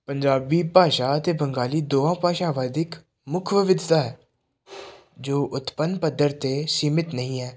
ਪੰਜਾਬੀ ਭਾਸ਼ਾ ਅਤੇ ਬੰਗਾਲੀ ਦੋਹਾਂ ਭਾਸ਼ਾਵਾਂ ਦੀ ਇੱਕ ਮੁੱਖ ਵਿਭਿੰਨਤਾ ਹੈ ਜੋ ਉਤਪੰਨ ਪੱਧਰ 'ਤੇ ਸੀਮਿਤ ਨਹੀਂ ਹੈ